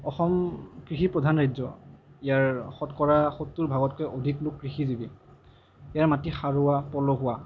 অসম কৃষি প্ৰধান ৰাজ্য ইয়াৰ শতকৰা সত্তৰ ভাগতকৈও অধিক লোক কৃষিজীৱী ইয়াৰ মাটি সাৰুৱা পলসুৱা